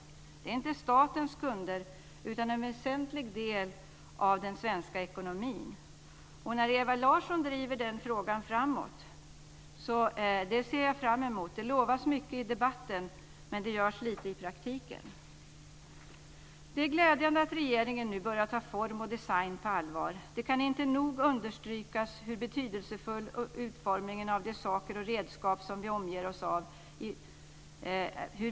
De är inte statens kunder utan en väsentlig del av den svenska ekonomin. Jag ser fram emot att Ewa Larsson ska driva den frågan framåt. Det lovas mycket i debatten, men det görs lite i praktiken. Det är glädjande att regeringen nu börjar ta form och design på allvar. Det kan inte nog understrykas hur betydelsefull utformningen är av de saker och redskap som vi omger oss av.